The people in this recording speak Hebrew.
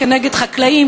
כנגד חקלאים,